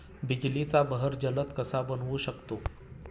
बिजलीचा बहर जलद कसा बनवू शकतो?